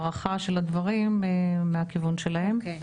התאריך ה-22 בפברואר 2022 למניינם, י"ט באדר א'